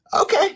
Okay